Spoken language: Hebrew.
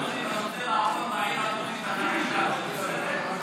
אם מוסלמי גר ליד דרוזי ורוצה לעבור לעיר הדרוזית החדשה,